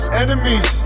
enemies